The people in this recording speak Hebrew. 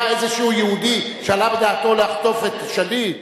היה איזה יהודי שעלה בדעתו לחטוף את שליט?